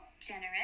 generous